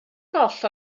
goll